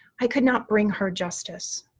i could not bring her justice.